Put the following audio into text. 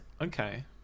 okay